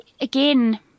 again